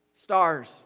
Stars